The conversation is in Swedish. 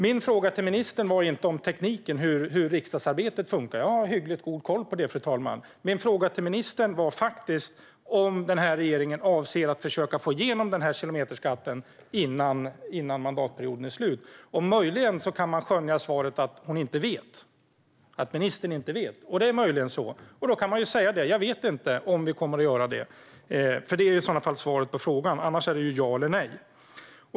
Min fråga till ministern gällde inte tekniken och hur riksdagsarbetet funkar. Jag har hyggligt god koll på det, fru talman. Min fråga till ministern var om regeringen avser att försöka få igenom kilometerskatten innan mandatperioden är slut. Möjligen kan man skönja svaret att ministern inte vet. Det är möjligen så, och då kan hon ju säga det: Jag vet inte om vi kommer att göra det. Det är i så fall svaret på frågan; annars är det ja eller nej.